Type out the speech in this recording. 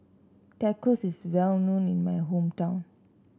Tacos is well known in my hometown